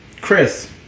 Chris